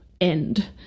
end